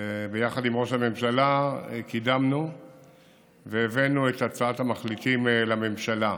וביחד עם ראש הממשלה קידמנו והבאנו את הצעת המחליטים לממשלה.